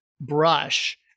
brush